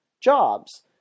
jobs